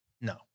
no